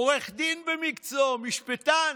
עורך דין במקצועו, משפטן,